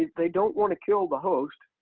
they don't want to kill the host.